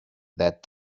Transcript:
that